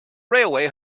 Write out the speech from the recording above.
railway